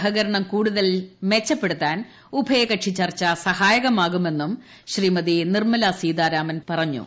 സഹകരണം കൂടുതൽ മെച്ചപ്പെടുത്താൻ ഉഭയകക്ഷി ചർച്ച സഹായമാകുമെന്നും ശ്രീമതി നിർമ്മല സീതാരാമൻ പറഞ്ഞു